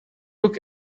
look